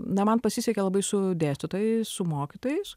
na man pasisekė labai su dėstytojai su mokytojais